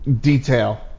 detail